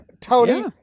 Tony